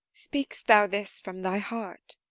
speakest thou this from thy heart?